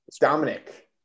Dominic